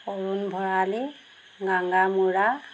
অৰুণ ভৰালী গাঙা মোৰা